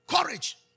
courage